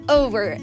over